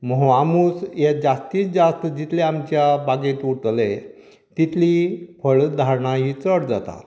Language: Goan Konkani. म्होवांमूस हे जास्तिंत जास्त जितले आमच्या बागेंत उरतले तितलीं फळ झाडां हीं चड जातात